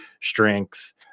strength